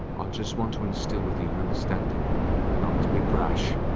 um just want to instill with you an understanding not to be brash,